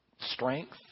strength